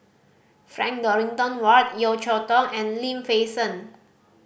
Frank Dorrington Ward Yeo Cheow Tong and Lim Fei Shen